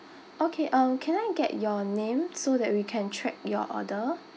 okay um can I get your name so that we can track your order